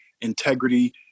integrity